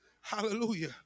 Hallelujah